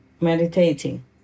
meditating